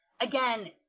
again